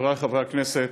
חברי חברי הכנסת,